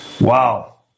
Wow